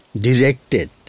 directed